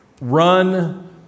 Run